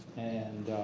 and